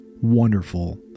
wonderful